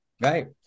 Right